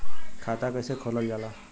खाता कैसे खोलल जाला?